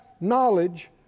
knowledge